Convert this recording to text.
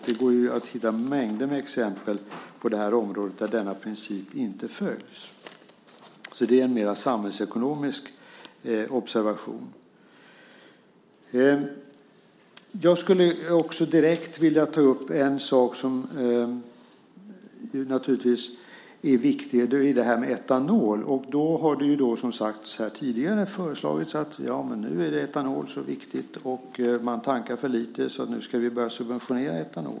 Det går att hitta mängder med exempel på det här området där denna princip inte följs. Det är mer en samhällsekonomisk observation. En annan viktig sak jag skulle vilja ta upp är detta med etanol. Som sagts här tidigare har det föreslagits, eftersom etanol är så viktigt och man tankar för lite etanol, att vi nu ska börja subventionerna det.